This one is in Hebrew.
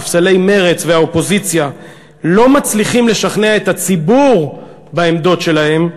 ספסלי מרצ והאופוזיציה לא מצליחים לשכנע את הציבור בעמדות שלהם.